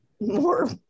more